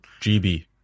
GB